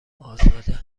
ازاده